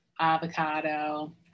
avocado